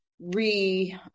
re